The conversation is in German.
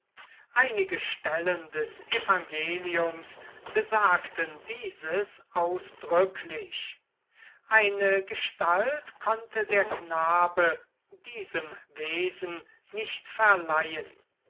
einige stellen des evangeliums besagten dieses ausdrücklich eine gestalt konnte der knabe diesem wesen nicht verleihen